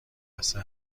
جلسه